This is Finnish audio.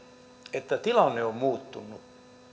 että tilanne on muuttunut